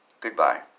Goodbye